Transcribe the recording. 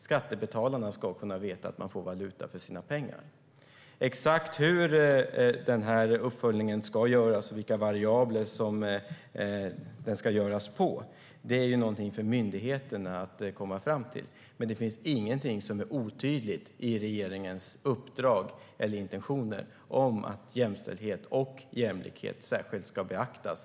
Skattebetalarna ska kunna veta att de får valuta för sina pengar. Exakt hur uppföljningen ska göras och vilka variabler den ska göras på är någonting för myndigheterna att komma fram till, men det finns ingenting som är otydligt i regeringens uppdrag eller intentioner om att jämställdhet och jämlikhet särskilt ska beaktas.